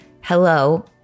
hello